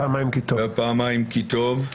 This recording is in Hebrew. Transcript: פעמיים כי טוב.